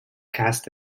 cast